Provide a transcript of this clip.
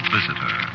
Visitor